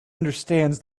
understands